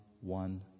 one